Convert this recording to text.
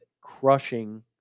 crushing